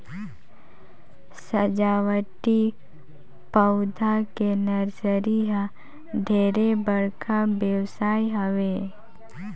सजावटी पउधा के नरसरी ह ढेरे बड़का बेवसाय हवे